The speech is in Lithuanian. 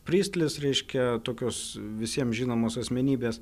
pristlis reiškia tokios visiems žinomos asmenybės